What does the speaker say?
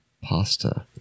pasta